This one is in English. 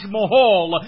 Mahal